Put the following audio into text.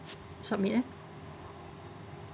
submit eh